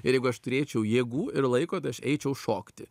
ir jeigu aš turėčiau jėgų ir laiko tai aš eičiau šokti